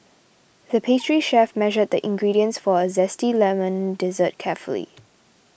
the pastry chef measured the ingredients for a Zesty Lemon Dessert carefully